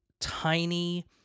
tiny